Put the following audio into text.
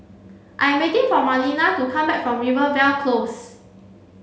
I am waiting for Marlena to come back from Rivervale Close